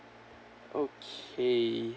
okay